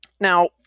Now